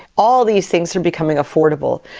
all these things are becoming affordable.